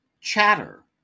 Chatter